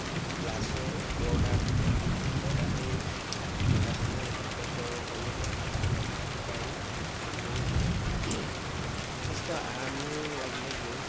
গতিকে গ্লাছৰ পৰ্দা থাকে পৰ্দাতেই পৰ্দাখনেই আঁতৰ কৰিব পাৰি পাৰি আৰু যথেষ্ট আৰামেই লাগিলে গৈ